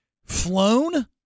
Flown